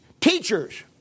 teachers